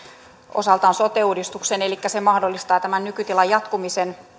osaltaan sote uudistukseen elikkä se mahdollistaa tämän nykytilan jatkumisen